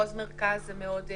במחוז מרכז זה מאוד אופייני.